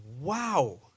wow